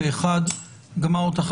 פה אחד תקנות סמכויות מיוחדות להתמודדות